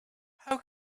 how